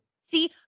See